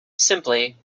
simply